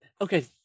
okay